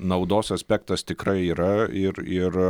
naudos aspektas tikrai yra ir ir